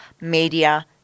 media